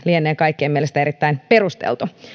lienee kaikkien mielestä erittäin perusteltua